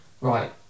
Right